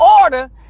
order